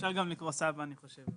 אפשר גם לקרוא סבא, אני חושב.